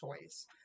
choice